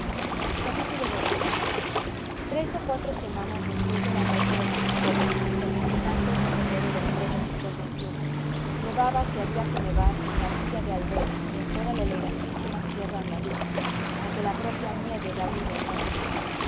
muerto xii tres o cuatro semanas después de la muerte de manos gordas el veintitantos de febrero de nevaba si había que nevar en la villa de aldeire y en toda la elegantísima sierra andaluza a que la propia nieve da vida y nombre